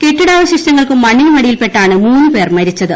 കെട്ടിടാവശിഷ്ടങ്ങൾക്കും മണ്ണിനുമടിയിൽപ്പെട്ടാണ് മൂന്ന് പേർ മരിച്ചത്